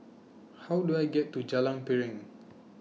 How Do I get to Jalan Piring